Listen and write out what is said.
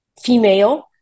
female